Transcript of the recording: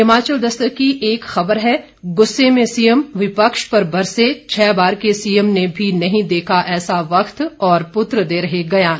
हिमाचल दस्तक की एक खबर है गुस्से में सीएम विपक्ष पर बरसे छः बार के सीएम ने भी नहीं देखा ऐसा वक्त और पुत्र दे रहे ज्ञान